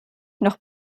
noch